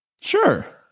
sure